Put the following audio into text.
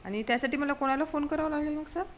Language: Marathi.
आणि त्यासाठी मला कोणाला फोन करावं लागेल मग सर